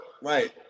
Right